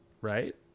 right